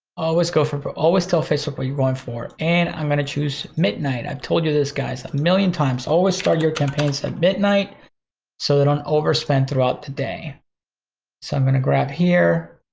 always go for, always tell facebook what you going for and i'm gonna choose midnight. i've told you this guys, million times, always start your campaigns at midnight so they don't overspend throughout the day. so i'm gonna grab here,